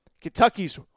Kentucky's